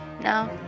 No